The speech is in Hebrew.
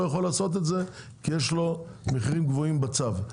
יכול לעשות זאת כי יש לו מחירים גבוהים בצו.